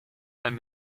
allem